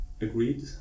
agreed